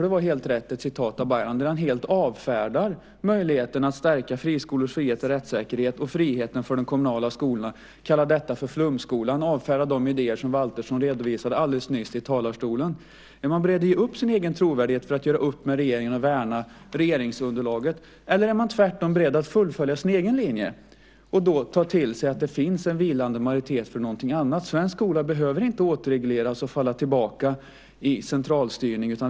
Det är riktigt att det var ett citat av Baylan där han helt avfärdar möjligheten att stärka friskolors frihet och rättssäkerhet och friheten för de kommunala skolorna. Han kallar detta för flumskolan och avfärdar de idéer som Valtersson redovisade alldeles nyss i talarstolen. Är man beredd att ge upp sin egen trovärdighet för att göra upp med regeringen och värna regeringsunderlaget? Eller är man tvärtom beredd att fullfölja sin egen linje och då ta till sig att det finns en vilande majoritet för någonting annat? Svensk skola behöver inte återregleras och falla tillbaka i centralstyrning.